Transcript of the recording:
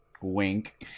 Wink